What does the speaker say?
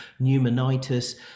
pneumonitis